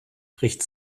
bricht